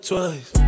Twice